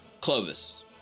Clovis